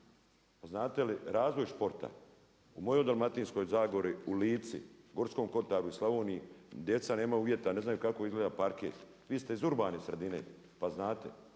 znate li razvoj športa? U mojoj Dalmatinskoj zagori, u Lici, Gorskom kotaru i Slavoniji, djeca nemaju uvjeta, ne znaju kako izgleda parket. Vi ste iz urbane sredine pa znate.